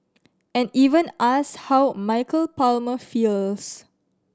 and even ask how Michael Palmer feels